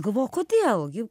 galvoju o kodėl gi